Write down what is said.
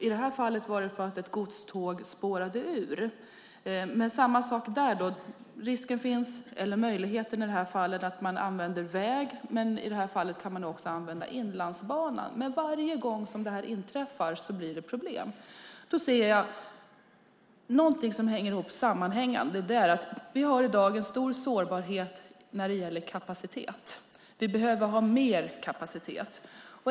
I det här fallet berodde det på att ett godståg spårade ur, men det är samma sak där: Risken finns - eller möjligheten - att man använder väg, men i det här fallet kan man också använda Inlandsbanan. Men varje gång det här inträffar blir det problem. Då ser jag någonting som hänger ihop. Det är att vi i dag har en stor sårbarhet när det gäller kapacitet. Vi behöver ha mer kapacitet.